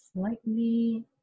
slightly